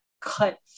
cut